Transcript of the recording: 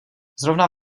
zrovna